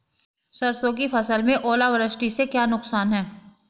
सरसों की फसल में ओलावृष्टि से क्या नुकसान है?